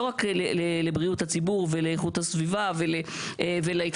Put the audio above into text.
לא רק לבריאות הציבור ולאיכות הסביבה ולהתחייבויות